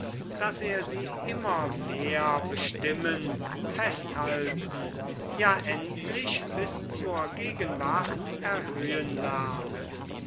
daß er sie immer mehr bestimmen festhalten ja endlich bis zur gegenwart erhöhen lerne